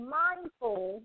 mindful